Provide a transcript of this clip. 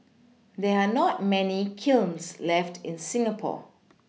there are not many kilns left in Singapore